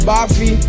Buffy